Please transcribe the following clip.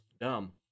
dumb